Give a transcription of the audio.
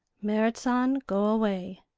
merrit san go away.